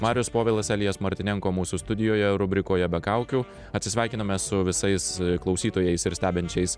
marius povilas elijas martynenko mūsų studijoje rubrikoje be kaukių atsisveikiname su visais klausytojais ir stebinčiais